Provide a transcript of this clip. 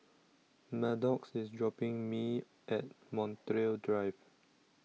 Maddox IS dropping Me At Montreal Drive